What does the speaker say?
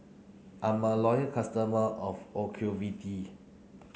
I'm a loyal customer of Ocuvite